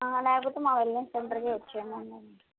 లేకపోతే మా వెల్నెస్ సెంటర్కే వచ్చేయండి